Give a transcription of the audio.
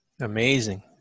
Amazing